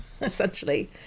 essentially